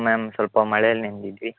ma'am ಸ್ವಲ್ಪ ಮಳೆಯಲ್ಲಿ ನೆಂದಿದ್ವಿ